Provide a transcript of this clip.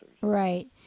Right